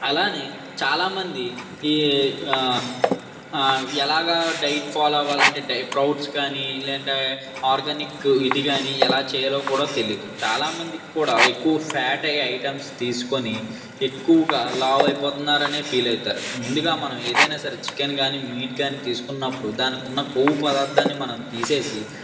అలాగే చాలామంది ఎలా డైట్ ఫాలో అవ్వాలి అంటే స్ప్రౌట్స్ కానీ లేదంటే ఆర్గానిక్ ఇదికానీ ఎలా చెయ్యాలో కూడా తెలీయదు చాలామందికి కూడా ఎక్కువ ఫ్యాట్ అయ్యే ఐటెమ్స్ తీసుకోని ఎక్కువగా లావు అయిపోతున్నారనే ఫీల్ అవుతారు ముందుగా మనం ఏదైనా సరే చికెన్ కానీ మీట్ కానీ తీసుకున్నప్పుడు దానికున్న కొవ్వు పదార్ధాన్ని మనం తీసివేసి